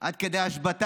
עד כדי השבתה